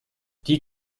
die